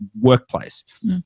workplace